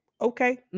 Okay